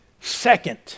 second